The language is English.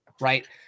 right